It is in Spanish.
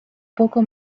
poco